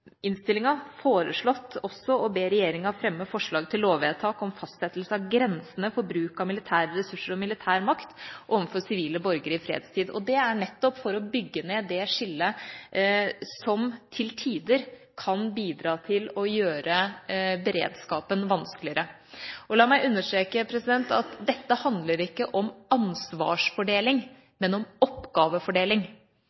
innstillinga foreslått også å be regjeringa fremme forslag til lovvedtak om fastsettelse av grensene for bruk av militære ressurser og militær makt overfor sivile borgere i fredstid. Det er nettopp for å bygge ned det skillet som til tider kan bidra til å gjøre beredskapen vanskeligere. La meg understreke at dette ikke handler om ansvarsfordeling,